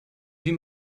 sie